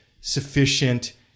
sufficient